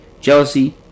jealousy